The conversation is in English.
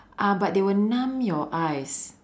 uh but they will numb your eyes